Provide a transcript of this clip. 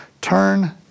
turn